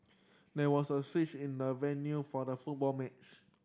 there was a switch in the venue for the football match